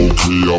Okay